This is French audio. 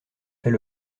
fait